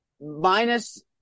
minus